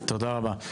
תודה רבה.